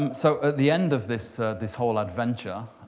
so at the end of this this whole adventure,